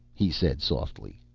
he said softly.